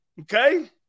Okay